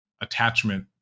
attachment